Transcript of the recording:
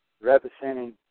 representing